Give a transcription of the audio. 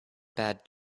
bad